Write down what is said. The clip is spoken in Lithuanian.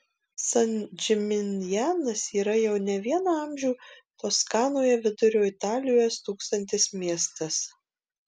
san džiminjanas yra jau ne vieną amžių toskanoje vidurio italijoje stūksantis miestas